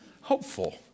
Hopeful